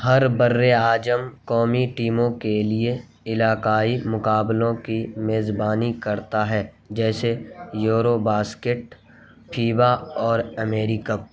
ہر بر اعظم قومی ٹیموں کے لیے علاقائی مقابلوں کی میزبانی کرتا ہے جیسے یورو باسکٹ پھیوا اور امیری کپ